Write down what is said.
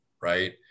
right